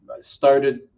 started